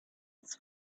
its